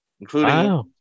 Including